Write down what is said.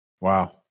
Wow